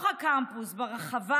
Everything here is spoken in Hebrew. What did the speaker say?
קטי קטרין שטרית (הליכוד): תודה רבה,